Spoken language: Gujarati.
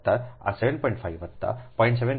5 વત્તા 0